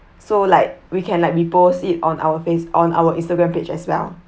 so like we can like repost it on our face on our instagram page as well